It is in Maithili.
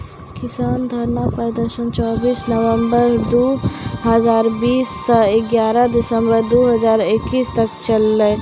किसान धरना प्रदर्शन चौबीस नवंबर दु हजार बीस स ग्यारह दिसंबर दू हजार इक्कीस तक चललै